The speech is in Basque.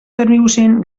termibusen